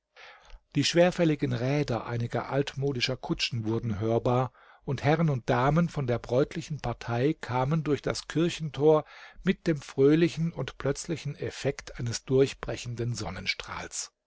die schwerfälligen räder einiger altmodischer kutschen wurden hörbar und herren und damen von der bräutlichen partei kamen durch das kirchentor mit dem fröhlichen und plötzlichen effekt eines durchbrechenden sonnenstrahls